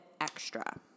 extra